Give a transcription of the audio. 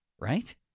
right